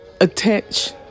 attach